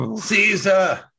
Caesar